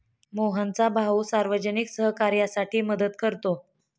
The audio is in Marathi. मोहनचा भाऊ सार्वजनिक सहकार्यासाठी मदत करतो